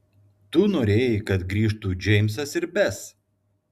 tu norėjai kad grįžtų džeimsas ir bes